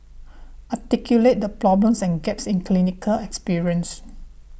articulate the problems and gaps in clinical experience